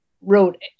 wrote